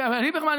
וליברמן,